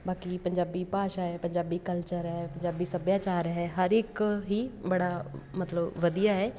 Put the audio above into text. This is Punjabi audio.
ਬਾਕੀ ਪੰਜਾਬੀ ਭਾਸ਼ਾ ਹੈ ਪੰਜਾਬੀ ਕਲਚਰ ਹੈ ਪੰਜਾਬੀ ਸੱਭਿਆਚਾਰ ਹੈ ਹਰ ਇੱਕ ਹੀ ਬੜਾ ਮਤਲਬ ਵਧੀਆ ਹੈ